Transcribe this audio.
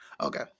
Okay